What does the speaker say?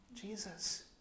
Jesus